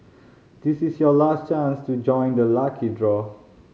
this is your last chance to join the lucky draw